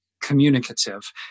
communicative